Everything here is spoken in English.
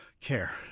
care